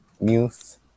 news